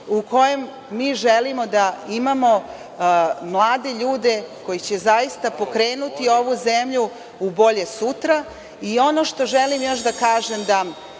u kojem mi želimo da imamo mlade ljude koji će zaista pokrenuti ovu zemlju u bolje sutra. Ono što želim još da kažem, da